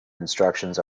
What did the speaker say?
instructions